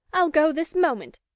i'll go this moment.